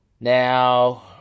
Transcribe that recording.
Now